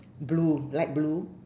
blue light blue